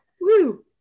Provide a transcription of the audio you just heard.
Woo